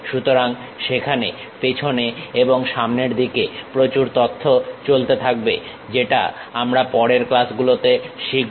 সুতরাং সেখানে পেছনে এবং সামনের দিকে প্রচুর তথ্য চলতে থাকবে যেটা আমরা পরের ক্লাসগুলোতে শিখব